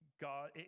God